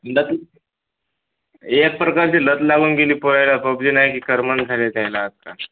लत एक प्रकारची लत लागून गेली पोरायला पबजी नाही की करमेना झाले त्यायला आता